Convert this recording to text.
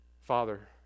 Father